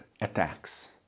attacks